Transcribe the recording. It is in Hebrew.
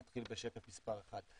(מצגת).